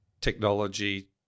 technology